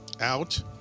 out